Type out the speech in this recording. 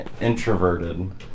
introverted